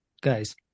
guys